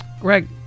Greg